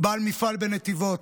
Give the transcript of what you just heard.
בעל מפעל בנתיבות,